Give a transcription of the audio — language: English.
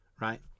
right